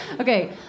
Okay